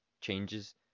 changes